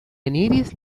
eniris